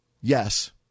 Yes